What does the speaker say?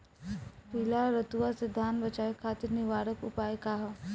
पीला रतुआ से धान बचावे खातिर निवारक उपाय का ह?